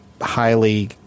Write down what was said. highly